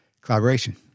collaboration